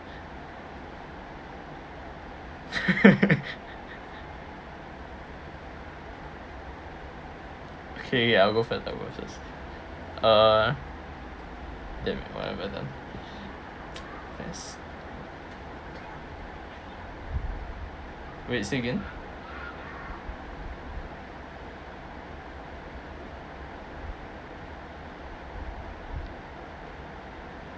okay I go first I go first uh damn it whatever then best wait say again